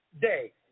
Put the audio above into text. day